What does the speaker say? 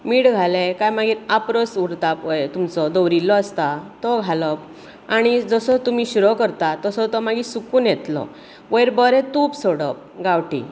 मिठ घालें काय मागीर आप्रोस उरता पळय तुमचो दवरिल्लो आसता तो घालप आनी मागीर जसो तुमी शिरो करता तसो तो सुकून येतलो वयर बरें तूप सोडप गांवठी